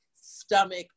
stomach